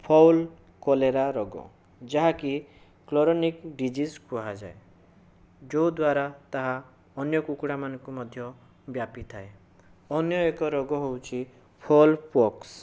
ଫଲ cholera ରୋଗ ଯାହାକି chronic disease କୁହାଯାଏ ଯେଉଁଦ୍ୱାରା ତାହା ଅନ୍ୟ କୁକୁଡ଼ାମାନଙ୍କୁ ମଧ୍ୟ ବ୍ୟାପିଥାଏ ଅନ୍ୟ ଏକ ରୋଗ ହେଉଛି ଫୋଲପୋକ୍ସ